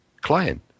client